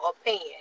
opinion